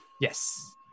Yes